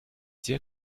sehr